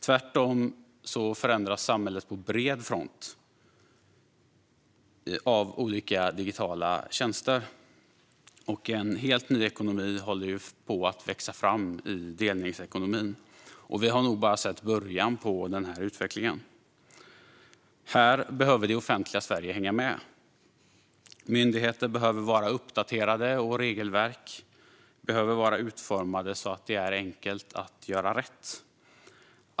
Tvärtom förändras samhället på bred front av olika digitala tjänster, och en helt ny ekonomi håller på att växa fram i delningsekonomin. Vi har nog bara sett början av denna utveckling. Här behöver det offentliga Sverige hänga med. Myndigheter behöver vara uppdaterade, och regelverk behöver vara utformade så att det är enkelt att göra rätt.